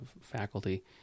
faculty